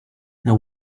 now